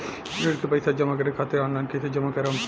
ऋण के पैसा जमा करें खातिर ऑनलाइन कइसे जमा करम?